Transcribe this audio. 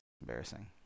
Embarrassing